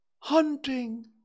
Hunting